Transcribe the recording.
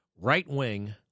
right-wing